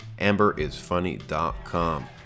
amberisfunny.com